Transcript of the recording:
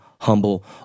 Humble